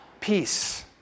Peace